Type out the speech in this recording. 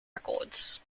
records